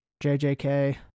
JJK